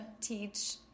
teach